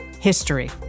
history